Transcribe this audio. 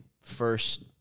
first